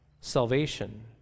salvation